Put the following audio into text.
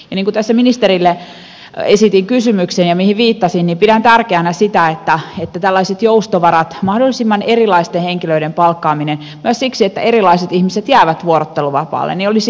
niin kuin tässä ministerille esitin kysymyksen ja mihin viittasin pidän tärkeänä sitä että tällaiset joustovarat mahdollisimman erilaisten henkilöiden palkkaaminen myös siksi että erilaiset ihmiset jäävät vuorotteluvapaalle olisi jatkossakin mahdollista